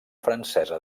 francesa